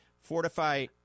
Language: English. Fortify